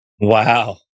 Wow